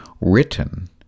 written